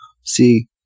See